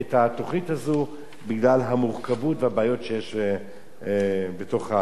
הזו בגלל המורכבות והבעיות שיש בתוך העניין הזה.